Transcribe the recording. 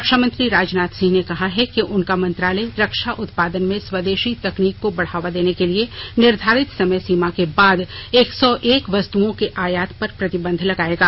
रक्षामंत्री राजनाथ सिंह ने कहा है कि उनका मंत्रालय रक्षा उत्पादन में स्वदेशी तकनीक को बढावा देने के लिए निर्धारित समय सीमा के बाद एक सौ एक वस्तुओं के आयात पर प्रतिबंध लगाएगा